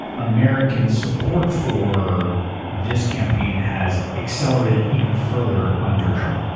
american support for this campaign has accelerated even further under trump.